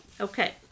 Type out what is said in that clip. Okay